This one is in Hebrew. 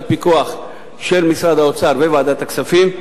בפיקוח משרד האוצר וועדת הכספים.